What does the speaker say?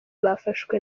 bafashwe